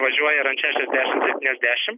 važiuoja ir an šešiasdešim septyniasdešim